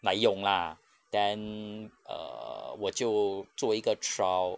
来用 lah then err 我就做一个 trial